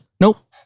Nope